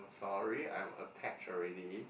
sorry I am attached already